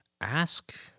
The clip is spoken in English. ask